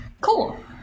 cool